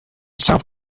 south